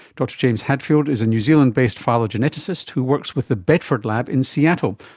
dr james hadfield is a new zealand based phylogeneticist who works with the bedford lab in seattle.